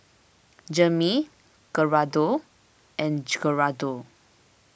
Jamey Gerardo and Gerardo